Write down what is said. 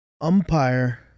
Umpire